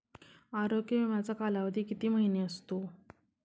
आरोग्य विमाचा कालावधी किती महिने असतो?